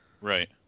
Right